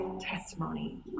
testimony